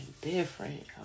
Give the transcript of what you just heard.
different